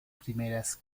primeras